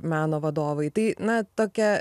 meno vadovai tai na tokia